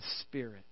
Spirit